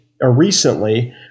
Recently